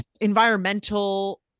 environmental